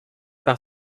par